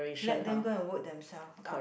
let them go and work themself up